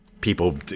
people